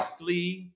glee